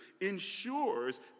ensures